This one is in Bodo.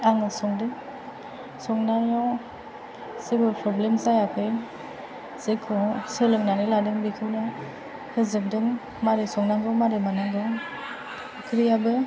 आङो संदों संनायाव जेबो प्रब्लेम जायाखै जेखौ सोलोंनानै लादों बिखौनो होजोबदों माबोरै नांनांगौ माबोरै मानांगौ ओंख्रैयाबो